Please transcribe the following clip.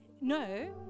no